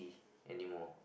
anymore